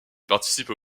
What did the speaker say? participe